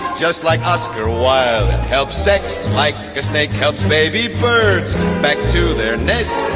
just like oscar wilde. help sex like a snake. helps baby birds back to their nest.